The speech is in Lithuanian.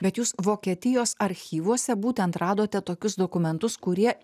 bet jūs vokietijos archyvuose būtent radote tokius dokumentus kurie